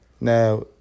Now